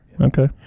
Okay